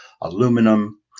aluminum